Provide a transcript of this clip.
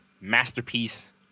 masterpiece